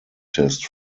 test